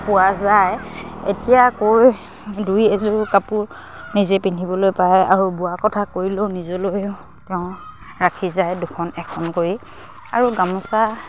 পোৱা যায় এতিয়া কৈ দুই এযোৰ কাপোৰ নিজে পিন্ধিবলৈ পায় আৰু বোৱা কটা কৰিলেও নিজলৈয়ো তেওঁ ৰাখি যায় দুখন এখন কৰি আৰু গামোচা